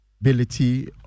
ability